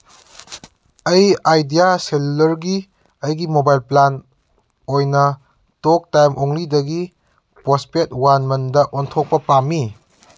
ꯑꯩ ꯑꯥꯏꯗꯤꯌꯥ ꯁꯦꯂꯨꯂꯔꯒꯤ ꯑꯩꯒꯤ ꯃꯣꯕꯥꯏꯜ ꯄ꯭ꯂꯥꯟ ꯑꯣꯏꯅ ꯇꯣꯛ ꯇꯥꯏꯝ ꯑꯣꯡꯂꯤꯗꯒꯤ ꯄꯣꯁꯄꯦꯠ ꯋꯥꯟ ꯃꯟꯗ ꯑꯣꯟꯊꯣꯛꯄ ꯄꯥꯝꯃꯤ